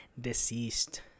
deceased